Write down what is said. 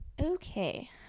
Okay